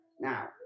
Now